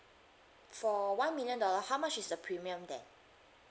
for one million dollar how much is the premium then